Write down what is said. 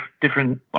different